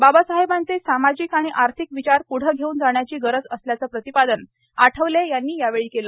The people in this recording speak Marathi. बाबासाहेबांचे सामाजिक आणि आर्थिक विचार प्रढे घेऊन जाण्याची गरज असल्याचे प्रतिपादन आठवले यांनी यावेळी केले